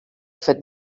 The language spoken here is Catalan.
fet